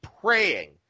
praying